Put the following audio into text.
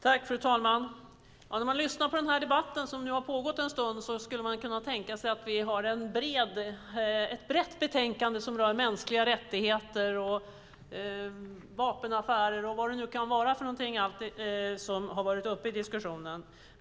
Fru talman! När man lyssnar på denna debatt som nu har pågått en stund kan man tro att vi har ett brett betänkande som rör mänskliga rättigheter, vapenaffärer och allt vad det nu kan vara som har varit uppe till diskussion.